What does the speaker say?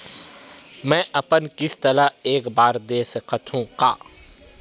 मै अपन किस्त ल एक साथ दे सकत हु का?